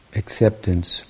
acceptance